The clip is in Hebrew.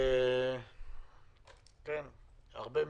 הרבה מילים,